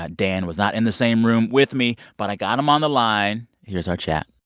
ah dan was not in the same room with me, but i got him on the line. here's our chat